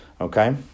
okay